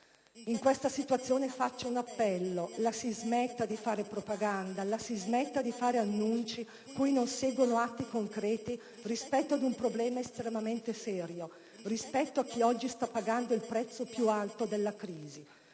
In questa situazione faccio un appello: la si smetta di fare propaganda e annunci cui non seguono atti concreti rispetto ad un problema estremamente serio, rispetto a chi oggi sta pagando il prezzo più alto della crisi.